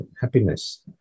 happiness